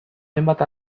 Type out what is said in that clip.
hainbat